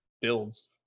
builds